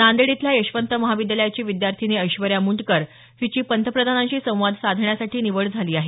नांदेड इथल्या यशवंत महाविद्यालयाची विद्यार्थीनी ऐश्वर्या मुंडकर हिची पंतप्रधानांशी संवाद साधण्यासाठी निवड झाली आहे